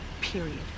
period